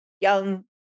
young